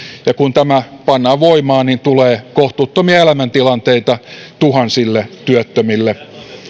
ja kun tämä pannaan voimaan niin tulee kohtuuttomia elämäntilanteita tuhansille työttömille